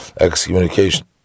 excommunication